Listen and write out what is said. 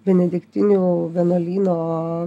benediktinių vienuolyno